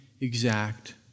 exact